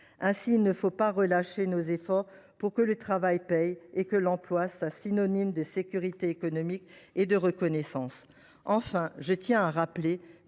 Aussi, il ne faut pas relâcher nos efforts pour que celui ci paie et pour que l’emploi soit synonyme de sécurité économique et de reconnaissance. Enfin, je tiens à rappeler